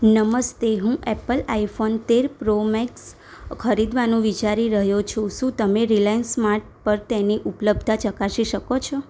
નમસ્તે હું Apple iPhone તેર પ્રો મેક્સ ખરીદવાનું વિચારી રહ્યો છું શું તમે રિલાયન્સ સ્માર્ટ પર તેની ઉપલબ્ધતા ચકાસી શકો છો